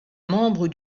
membre